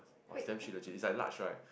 !wah! its damn cheap legit its like large right